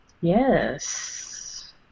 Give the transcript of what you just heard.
Yes